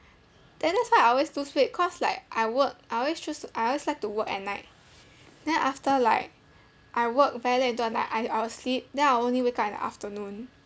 then that's why I always lose weight cause like I work I always choose to I always like to work at night then after like I work very late into the night I I will sleep then I only wake up in the afternoon